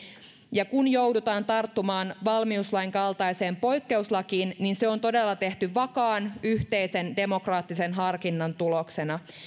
ja että kun joudutaan tarttumaan valmiuslain kaltaiseen poikkeuslakiin niin se on todella tehty vakaan yhteisen demokraattisen harkinnan tuloksena